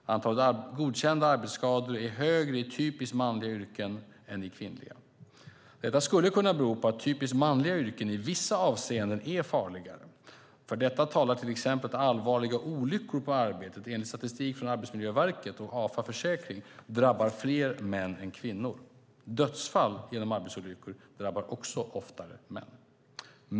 Antalet godkända arbetsskador är högre i typiskt manliga yrken än i kvinnliga. Detta skulle kunna bero på att typiskt manliga yrken i vissa avseenden är farligare. För detta talar till exempel att allvarliga olyckor på arbetet enligt statistik från Arbetsmiljöverket och AFA Försäkring drabbar fler män än kvinnor. Dödsfall genom arbetsolyckor drabbar också oftare män.